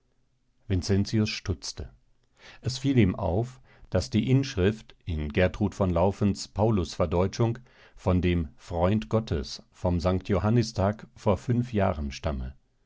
vincentius stutzte es fiel ihm auf daß die inschrift in gertrud von laufens paulus verdeutschung von dem freund gottes vom sankt johannistag vor fünf jahren stamme